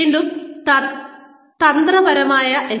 വീണ്ടും തന്ത്രപ്രധാനമായ HRM